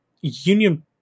union